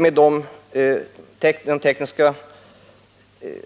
Med den tekniska